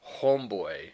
Homeboy